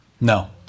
No